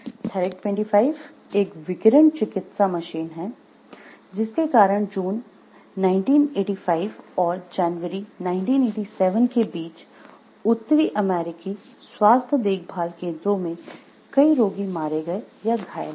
थेरैक 25 एक विकिरण चिकित्सा मशीन है जिसके कारण जून 1985 और जनवरी 87 के बीच उत्तरी अमेरिकी स्वास्थ्य देखभाल केन्द्रों में कई रोगी मारे गए या घायल हो गए